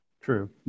True